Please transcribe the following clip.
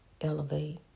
elevate